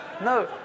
No